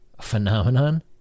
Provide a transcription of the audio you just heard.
phenomenon